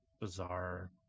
bizarre